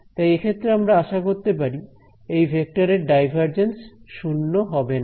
তাই এক্ষেত্রে আমরা আশা করতে পারি এই ভেক্টরের ডাইভারজেন্স শূন্য হবে না